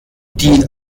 die